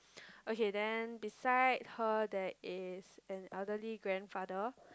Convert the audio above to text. okay then beside her there is an elderly grandfather